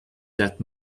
that